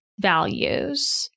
values